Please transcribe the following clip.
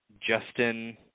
Justin